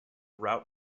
route